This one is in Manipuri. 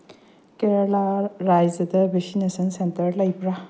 ꯀꯦꯔꯂꯥ ꯔꯥꯖ꯭ꯌꯗ ꯚꯦꯁꯤꯟꯅꯦꯁꯟ ꯁꯦꯟꯇꯔ ꯂꯩꯕ꯭ꯔ